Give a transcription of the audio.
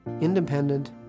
Independent